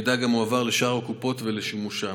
מידע גם הועבר לשאר הקופות ולשימושן.